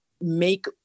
make